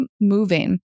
moving